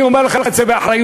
אני אומר לך את זה באחריות.